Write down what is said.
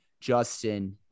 Justin